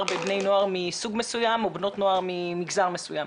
בבני נוער מסוג מסוים או בנות נוער ממגזר מסוים.